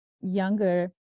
younger